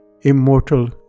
immortal